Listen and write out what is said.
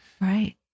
Right